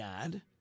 God